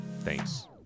thanks